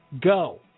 go